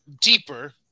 deeper